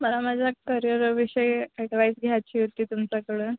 मला माझ्या करिअरविषयी अडवाइज घ्यायची होती तुमच्याकडून